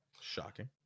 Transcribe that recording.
Shocking